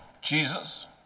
Jesus